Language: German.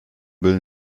müll